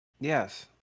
Yes